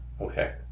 Okay